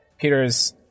Peter's